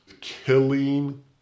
Killing